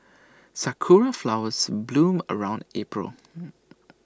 Sakura Flowers bloom around April